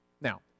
Now